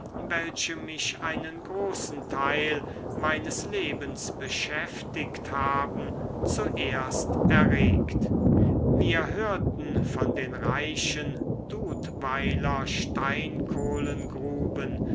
welche mich einen großen teil meines lebens beschäftigt haben zuerst erregt wir hörten von den reichen dudweiler